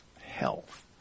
health